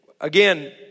Again